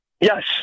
Yes